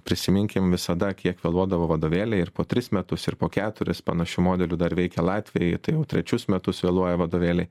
prisiminkim visada kiek vėluodavo vadovėliai ir po tris metus ir po keturis panašiu modeliu dar veikia latviai tai jau trečius metus vėluoja vadovėliai